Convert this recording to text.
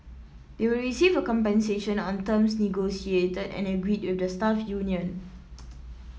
they will receive compensation on terms negotiated and agreed with the staff union